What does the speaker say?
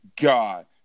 God